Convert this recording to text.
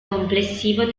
complessivo